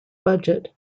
budget